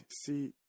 see